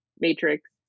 matrix